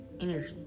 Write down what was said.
energy